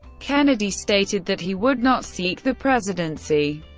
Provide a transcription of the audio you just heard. kennedy stated that he would not seek the presidency.